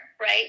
right